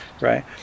right